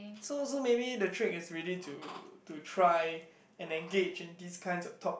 so so maybe the trick is really to to try and engage in these kinds of topic